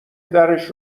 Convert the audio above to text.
درش